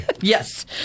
Yes